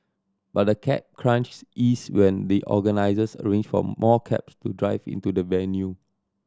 but the cab crunch ease when the organisers arranged for more cabs to drive into the venue